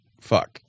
Fuck